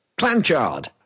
Clanchard